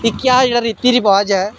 कि क्या जेह्डा रिती रवाज ऐ